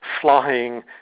flying